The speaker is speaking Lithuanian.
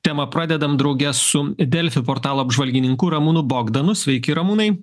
temą pradedam drauge su delfi portalo apžvalgininku ramūnu bogdanu sveiki ramūnai